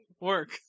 work